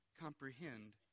comprehend